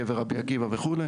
קבר רבי עקיבא וכו'.